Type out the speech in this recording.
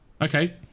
okay